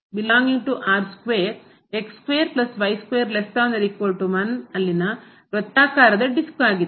ಆದ್ದರಿಂದ ಇದು ಸಮತಲ ನಲ್ಲಿನ ವೃತ್ತಾಕಾರದ ಡಿಸ್ಕ್ ಆಗಿದೆ